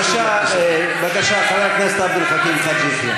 בבקשה, בבקשה, חבר הכנסת עבד אל חכים חאג' יחיא.